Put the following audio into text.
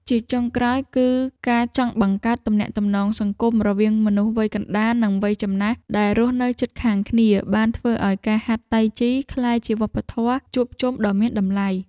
ជាចុងក្រោយ គឺការចង់បង្កើតទំនាក់ទំនងសង្គមរវាងមនុស្សវ័យកណ្ដាល និងវ័យចំណាស់ដែលរស់នៅជិតខាងគ្នា បានធ្វើឱ្យការហាត់តៃជីក្លាយជាវប្បធម៌ជួបជុំដ៏មានតម្លៃ។